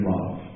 Love